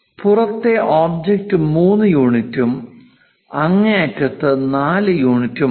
പുറത്തെ ഒബ്ജക്റ്റ് 3 യൂണിറ്റും അങ്ങേയറ്റത്തെത് 4 യൂണിറ്റുമാണ്